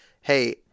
hey